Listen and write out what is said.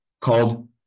called